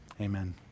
amen